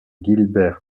guilbert